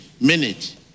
minute